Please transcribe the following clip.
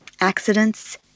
accidents